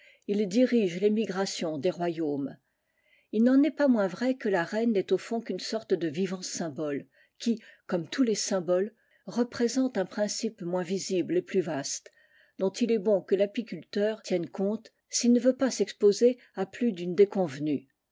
il dirige l'émigration des royaumes il n'en est pas moins vrai que ja reine n'est au fond qu'une sorte de vivant symbole qui comme tous les symboles représente un principe moins visible et plus vaste dont il est bon que l'apiculteur tienne compte s'il ne veut pas s'exposer à plus d'une déconvenue